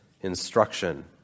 Instruction